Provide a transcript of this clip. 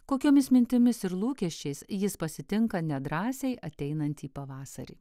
kokiomis mintimis ir lūkesčiais jis pasitinka nedrąsiai ateinantį pavasarį